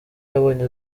yabonye